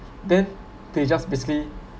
then they just basically